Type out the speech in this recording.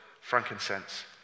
frankincense